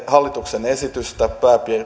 hallituksen esitystä